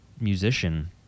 musician